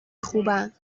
خوبن